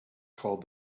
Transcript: called